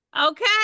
Okay